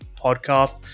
Podcast